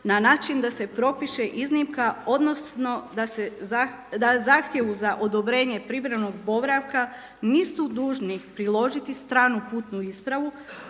na način da se propiše iznimka odnosno da zahtjevu za odobrenje privremenog boravka nisu dužni priložiti stranu putnu ispravu